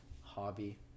hobby